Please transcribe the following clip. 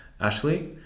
Ashley